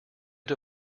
too